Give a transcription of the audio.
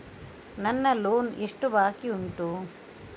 ನನ್ನ ಲೋನ್ ಎಷ್ಟು ಬಾಕಿ ಉಂಟು?